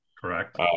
Correct